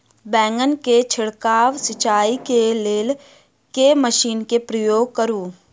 बैंगन केँ छिड़काव सिचाई केँ लेल केँ मशीन केँ प्रयोग करू?